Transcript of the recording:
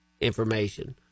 information